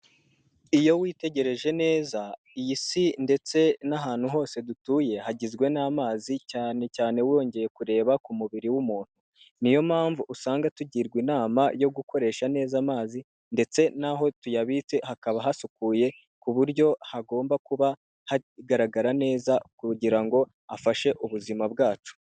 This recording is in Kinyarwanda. Iyo witegereje neza iyi si ndetse n'ahantu hose dutuye hagizwe n'amazi cyane cyane wongeye kureba ku mubiri w'umuntu niyo mpamvu usanga tugirwa inama yo gukoresha neza amazi ndetse naho tuyabitse hakaba hasukuye ku buryo hagomba kuba hagaragara neza kugira ngo afashe ubuzima bwacu.